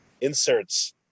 inserts